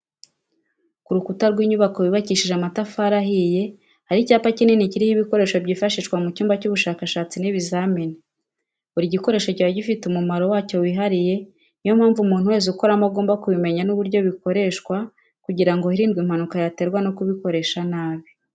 Ku rukukuta w'inyubako yubakishije amatafari ahiye hari icyapa kikini kiriho ibikoresho byifashishwa mu cyumba cy'ubushakashatsi n'ibizamini, buri gikoresho kiba gifite umumaro wacyo wihariye ni yo mpamvu umuntu wese ukoramo agomba kubimenya n'uburyo bikoreshwa kugira ngo hirindwe impanuka yaterwa no kubikoresa nabi.